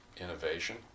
innovation